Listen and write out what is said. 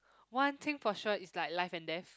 one thing for sure is like life and death